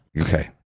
okay